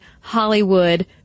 Hollywood